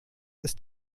ist